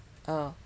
ah